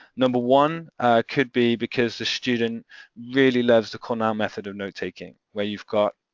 number one could be because the student really loves the cornell method of notetaking where you've got,